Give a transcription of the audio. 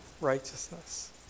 righteousness